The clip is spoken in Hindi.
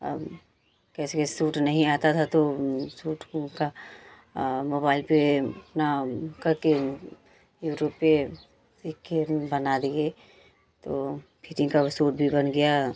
अब कैसे कैसे सूट नहीं आता था तो सूट का मोबाइल पर अपना करके यूटूब पर सीख कर बना दिए तो फिटिंग का वह सूट भी बन गया